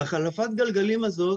להחלפת הגלגלים הזאת